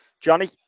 Johnny